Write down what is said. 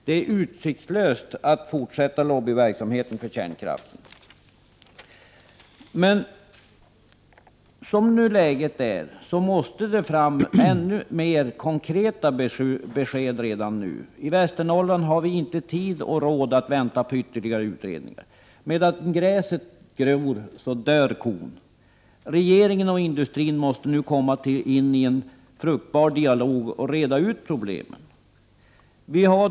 Det är utsiktslöst att fortsätta lobbyverksamheten för kärnkraft. Men som nu läget är, måste det fram ännu mer konkreta bevis redan nu. I Västernorrland har vi inte tid och råd att vänta på ytterligare utredningar — medan gräset gror dör kon. Regeringen och industrin måste nu föra en fruktbar dialog och reda ut problemen.